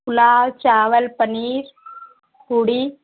पुलाव चावल पनीर पूड़ी